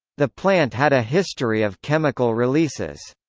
the plant had a history of chemical releases.